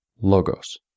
Logos